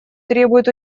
требуют